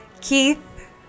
Keith